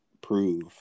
prove